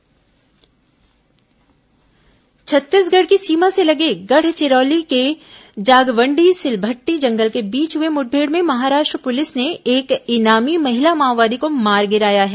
माओवादी मुठभेड् छत्तीसगढ़ की सीमा से लगे गढ़चिरौली के जागवंडी सिलभट्ठी जंगल के बीच हुई मुठभेड़ में महाराष्ट्र पुलिस ने एक इनामी महिला माओवादी को मार गिराया है